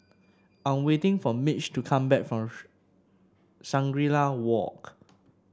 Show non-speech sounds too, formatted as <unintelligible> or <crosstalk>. I'm waiting for Mitch to come back from <unintelligible> Shangri La Walk